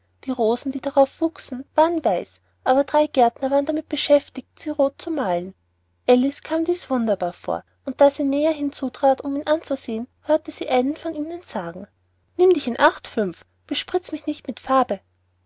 die rosen die darauf wuchsen waren weiß aber drei gärtner waren damit beschäftigt sie roth zu malen alice kam dies wunderbar vor und da sie näher hinzutrat um ihnen zuzusehen hörte sie einen von ihnen sagen nimm dich in acht fünf bespritze mich nicht so mit farbe